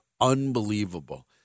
unbelievable